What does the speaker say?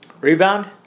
Rebound